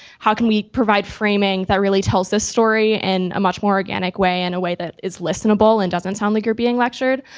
how can we provide framing that really tells the story in and a much more organic way in a way that is listenable, and doesn't sound like you're being lectured?